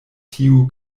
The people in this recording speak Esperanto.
tiu